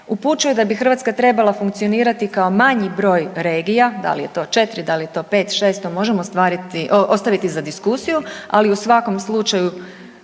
upućuje da bi Hrvatska treba funkcionirati kao manji broj regija da li je to 4, da li je 5, 6 to možemo ostaviti za diskusiju, ali u svakom slučaju